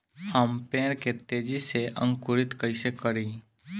हम पेड़ के तेजी से अंकुरित कईसे करि?